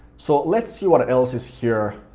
so let's see what else is here.